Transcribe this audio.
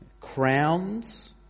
crowns